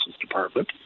department